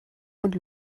und